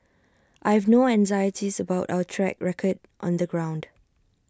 I have no anxieties about our track record on the ground